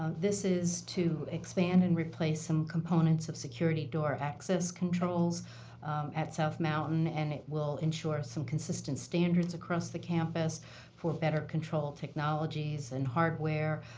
um this is to expand and replace some components of security door access controls at south mountain, and it will ensure some consistent standards across the campus for better control technologies and hardware.